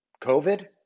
COVID